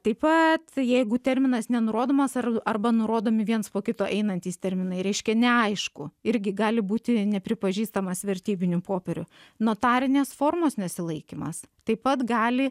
taip pat jeigu terminas nenurodomas ar arba nurodomi viens po kito einantys terminai reiškia neaišku irgi gali būti nepripažįstamas vertybiniu popieriu notarinės formos nesilaikymas taip pat gali